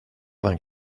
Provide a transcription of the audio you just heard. vingt